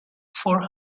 for